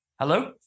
Hello